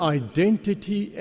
identity